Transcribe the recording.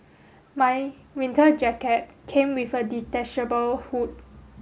my winter jacket came with a detachable hood